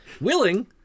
Willing